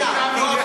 על הנייר.